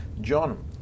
John